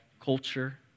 culture